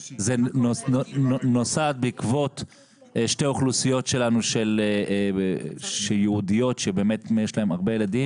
זה נוסד בעקבות שתי אוכלוסיות שלנו ייעודיות שיש להם הרבה ילדים.